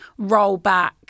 rollback